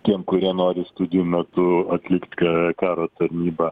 tiem kurie nori studijų metu atlikt karo tarnybą